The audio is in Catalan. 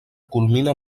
culmina